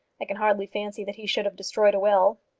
i can hardly fancy that he should have destroyed a will.